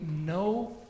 no